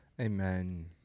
amen